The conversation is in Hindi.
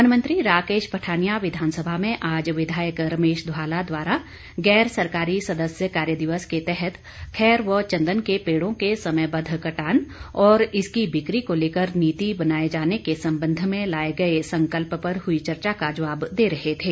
वन मंत्री राकेश पठानिया आज विधानसभा में आज विधायक रमेश धवाला द्वारा गैर सरकारी सदस्य कार्य दिवस के तहत खैर व चंदन के पेड़ों के समयबद्ध कटान और इसकी बिक्री को लेकर नीति बनाए जाने के संबंध में लाए गए संकल्प पर हुई चर्चा का जवाब दे रहे थे